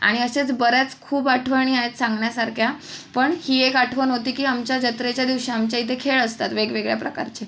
आणि अशाच बऱ्याच खूप आठवणी आहेत सांगण्यासारख्या पण ही एक आठवण होती की आमच्या जत्रेच्या दिवशी आमच्या इथे खेळ असतात वेगवेगळ्या प्रकारचे